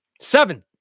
Seven